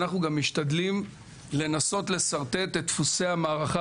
אנחנו גם משתדלים לנסות לשרטט את דפוסי המערכה